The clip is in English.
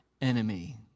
enemy